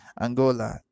Angola